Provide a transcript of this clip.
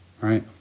right